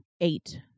eight